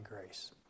grace